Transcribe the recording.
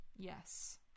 Yes